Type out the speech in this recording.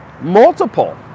multiple